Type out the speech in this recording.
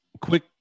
quick